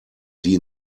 die